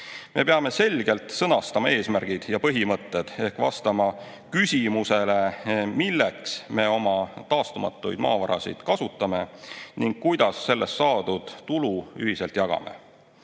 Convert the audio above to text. Me peame selgelt sõnastama eesmärgid ja põhimõtted ehk vastama küsimusele, milleks me oma taastumatuid maavarasid kasutame ning kuidas sellest saadud tulu ühiselt jagame.